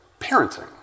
parenting